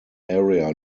area